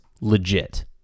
legit